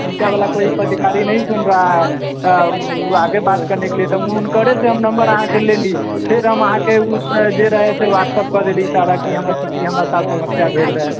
निचाँ बला कोइ पदाधिकारी नहि सुन रहा है तऽ ओ आगे बात करनेके लिये तऽ हुनकरे से हम अहाँकेँ नम्बर लेली फेर हम अहाँकेँ ओ जे रहै से व्हाट्सअप कऽ देली सारा की की हमरा साथ समस्या भेल रहै